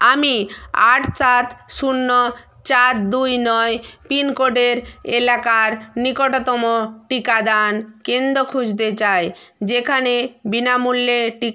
আমি আট চার শূন্য চার দুই নয় পিনকোডের এলাকার নিকটতম টিকাদান কেন্দ্র খুঁজতে চাই যেখানে বিনামূল্যে টিকা পাওয়া যায়